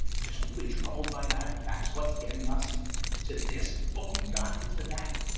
just really troubled by that. that's what's getting us to this. but we've gotten to that.